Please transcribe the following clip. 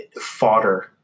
fodder